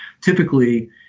Typically